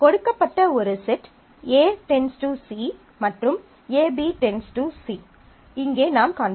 கொடுக்கப்பட்ட ஒரு set A → C மற்றும் AB → C இங்கே நாம் காண்பிக்கிறோம்